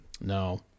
No